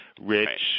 rich